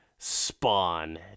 spawn